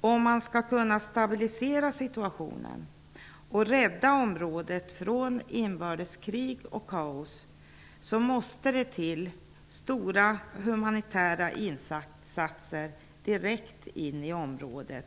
Om situationen skall kunna stabiliseras och om området skall kunna räddas undan inbördeskrig och kaos, måste det till stora humanitära insatser direkt i området